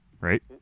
right